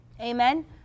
amen